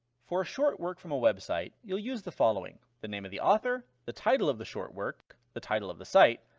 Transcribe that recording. for a short work from a website, you'll use the following the name of the author, the title of the short work, the title of the website,